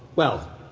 well.